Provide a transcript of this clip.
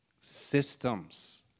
systems